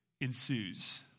ensues